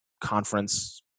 Conference